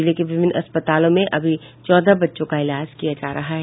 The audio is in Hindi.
जिले के विभिन्न अस्पतालों में अभी चौदह बच्चों का इलाज किया जा रहा है